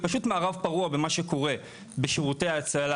פשוט מערב פרוע במה שקורה בשירותי ההצלה